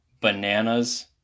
bananas